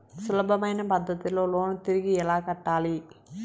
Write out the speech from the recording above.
సులభమైన పద్ధతిలో లోను తిరిగి ఎలా కట్టాలి